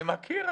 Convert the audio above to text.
אני מכיר.